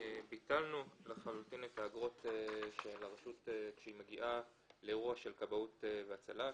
ביטלנו לחלוטין את האגרות של הרשות כשהיא מגיעה לאירוע של כבאות והצלה,